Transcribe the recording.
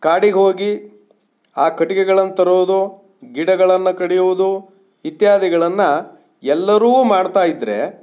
ಕಾಡಿಗೆ ಹೋಗಿ ಆ ಕಟ್ಟಿಗೆಗಳನ್ನ ತರೋದು ಗಿಡಗಳನ್ನು ಕಡಿಯುವುದು ಇತ್ಯಾದಿಗಳನ್ನು ಎಲ್ಲರೂ ಮಾಡ್ತಾ ಇದ್ದರೆ